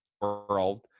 world